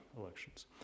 elections